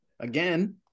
Again